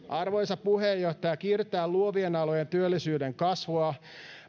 arvoisa puheenjohtaja kiritetään luovien alojen työllisyyden kasvua